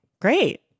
great